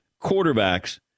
quarterbacks